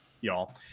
y'all